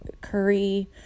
curry